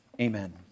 Amen